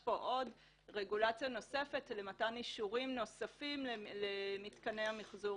שנדרשת פה רגולציה של מתן אישורים נוספים למתקני המחזור.